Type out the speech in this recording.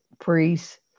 priests